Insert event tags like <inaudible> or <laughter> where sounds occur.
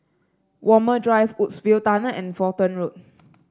Walmer Drive Woodsville Tunnel and Fulton Road <noise>